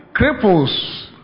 cripples